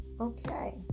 okay